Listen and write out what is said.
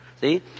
see